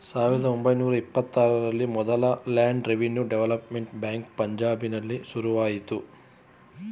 ಸಾವಿರದ ಒಂಬೈನೂರ ಇಪ್ಪತ್ತರಲ್ಲಿ ಮೊದಲ ಲ್ಯಾಂಡ್ ರೆವಿನ್ಯೂ ಡೆವಲಪ್ಮೆಂಟ್ ಬ್ಯಾಂಕ್ ಪಂಜಾಬ್ನಲ್ಲಿ ಶುರುವಾಯ್ತು